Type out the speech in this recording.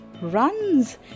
runs